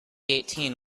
eighteen